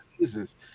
Jesus